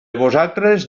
vosaltres